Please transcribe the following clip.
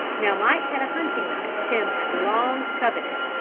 now mike had a hunting knife tim had long coveted,